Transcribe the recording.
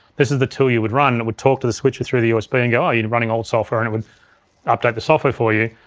this is the tool you would run and it would talk to the switcher through the usb and go, oh, you're running old software and it would update the software for you.